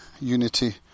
unity